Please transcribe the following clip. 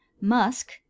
musk